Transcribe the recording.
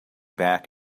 back